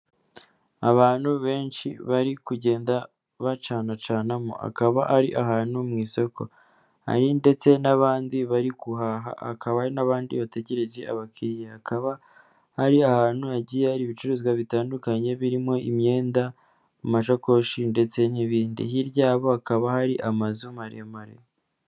Abantu benshi bari kugenda bacana canamo akaba ari ahantu mu isoko. Hari ndetse n'abandi bari guhaha, hakaba hari n'abandi bategereje abakiliya, hakaba hari ahantu hagiye hari ibicuruzwa bitandukanye birimo imyenda, amashakoshi, ndetse n'ibindi. Hirya yabo hakaba hari amazu maremare.